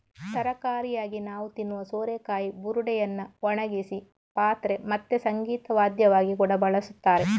ತರಕಾರಿಯಾಗಿ ನಾವು ತಿನ್ನುವ ಸೋರೆಕಾಯಿ ಬುರುಡೆಯನ್ನ ಒಣಗಿಸಿ ಪಾತ್ರೆ ಮತ್ತೆ ಸಂಗೀತ ವಾದ್ಯವಾಗಿ ಕೂಡಾ ಬಳಸ್ತಾರೆ